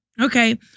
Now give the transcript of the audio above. okay